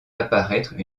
apparaître